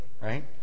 right